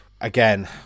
again